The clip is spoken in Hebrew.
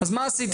אז מה עשיתי?